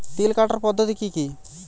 তিল কাটার পদ্ধতি কি কি?